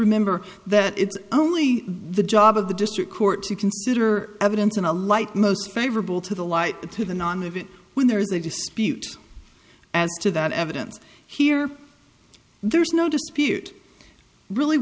remember that it's only the job of the district court to consider evidence in a light most favorable to the light the to the nonevent when there is a dispute as to that evidence here there's no dispute really